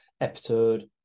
episode